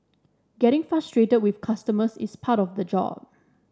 getting frustrated with customers is part of the job